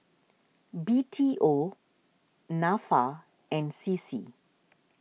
B T O Nafa and C C